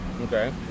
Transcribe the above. Okay